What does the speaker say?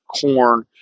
corn